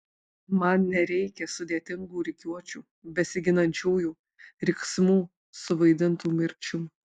man nereikia sudėtingų rikiuočių besiginančiųjų riksmų suvaidintų mirčių